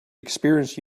experience